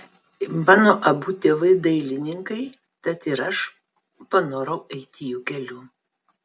mano abu tėvai dailininkai tad ir aš panorau eiti jų keliu